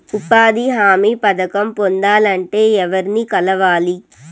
ఉపాధి హామీ పథకం పొందాలంటే ఎవర్ని కలవాలి?